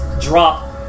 drop